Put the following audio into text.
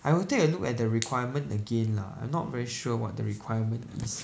I will take a look at the requirement again lah I'm not very sure what the requirement is